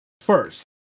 first